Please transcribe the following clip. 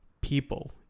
people